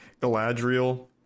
Galadriel